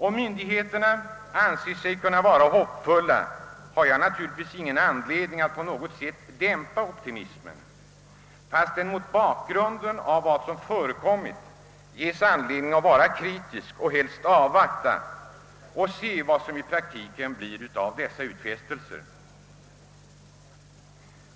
Om myndigheterna anser sig kunna vara »hoppfulla», har jag naturligtvis ingen anled ning att på något sätt dämpa optimismen, fastän man mot bakgrunden av vad som förekommit ges skäl att vara kritisk och helst avvakta vad som i praktiken blir av utfästelserna.